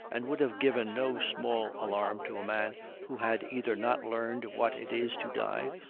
and would have given no small alarm to a man who had either not learned what it is to die,